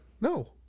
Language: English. No